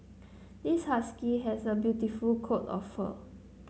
this husky has a beautiful coat of fur